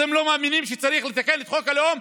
אתם לא מאמינים שצריך לתקן את חוק הלאום?